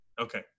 Okay